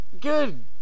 Good